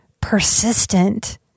persistent